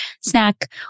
snack